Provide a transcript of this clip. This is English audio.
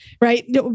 right